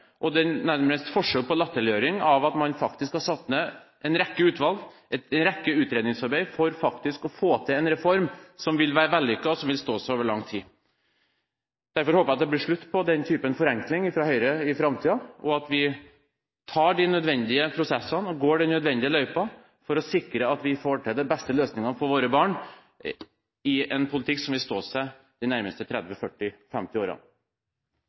nærmest et forsøk på latterliggjøring av at man faktisk har satt ned en rekke utvalg, en rekke utredningsarbeider, for faktisk å få til en vellykket reform som vil stå seg over lang tid. Derfor håper jeg det blir slutt på den type forenkling fra Høyre i framtiden, og at vi tar de nødvendige prosessene, går den nødvendige løypa, for å sikre at vi får til den beste løsningen for våre barn, i en politikk som vil stå seg i de nærmeste